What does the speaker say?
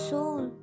Soul